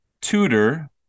tutor